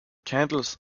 candles